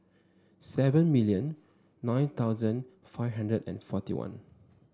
seven million nine thousand five hundred and forty one